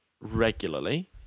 regularly